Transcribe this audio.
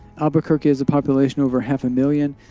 albuquerque has a population over half a million.